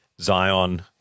Zion